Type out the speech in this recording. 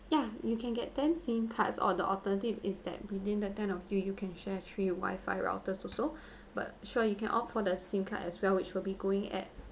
ya you can get ten SIM cards or the alternative is that within the ten of you you can share three wifi routers also but sure you can opt for the SIM card as well which will be going at